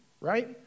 right